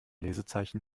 lesezeichen